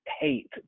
hate